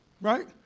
right